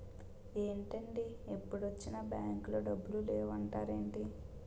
ఏంటండీ ఎప్పుడొచ్చినా బాంకులో డబ్బులు లేవు అంటారేంటీ?